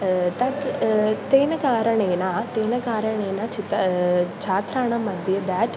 तत् तेन कारणेन तेन कारणेन चित् छात्राणां मध्ये देट्